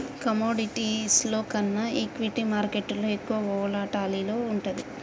కమోడిటీస్లో కన్నా ఈక్విటీ మార్కెట్టులో ఎక్కువ వోలటాలిటీ వుంటది